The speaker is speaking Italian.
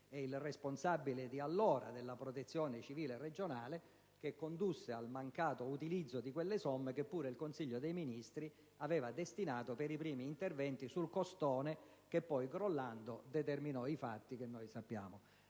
ed il responsabile di allora della Protezione civile regionale che condusse al mancato utilizzo di quelle somme, che pure il Consiglio dei ministri aveva destinato per i primi interventi sul costone che poi crollando determinò i fatti che sappiamo.